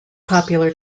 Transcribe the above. popular